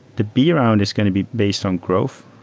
the b round is going to be based on growth,